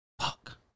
Fuck